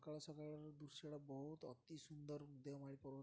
ସକାଳ ସକାଳର ଦୃଶ୍ୟଟା ବହୁତ ଅତି ସୁନ୍ଦର ଦେଓମାଳି ପର୍ବତ